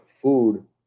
food